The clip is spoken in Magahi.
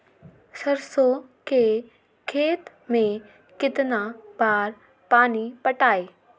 सरसों के खेत मे कितना बार पानी पटाये?